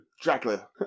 Dracula